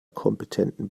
kompetenten